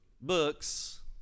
books